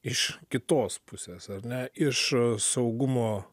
iš kitos pusės ar ne iš saugumo